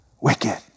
Wicked